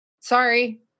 sorry